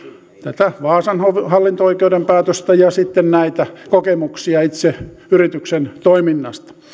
tätä vaasan hallinto oikeuden päätöstä ja sitten näitä kokemuksia itse yrityksen toiminnasta